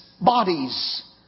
bodies